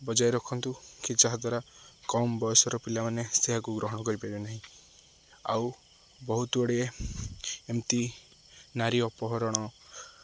ବଜାୟ ରଖନ୍ତୁ କି ଯାହାଦ୍ୱାରା କମ୍ ବୟସର ପିଲାମାନେ ସେହାକୁ ଗ୍ରହଣ କରିପାରିବ ନାହିଁ ଆଉ ବହୁତଗୁଡ଼ିଏ ଏମିତି ନାରୀ ଅପହରଣ